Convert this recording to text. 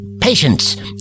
Patience